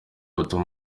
butuma